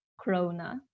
corona